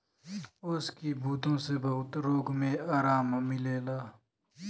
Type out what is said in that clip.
ओस की बूँदो से बहुत रोग मे आराम मिलेला